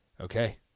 Okay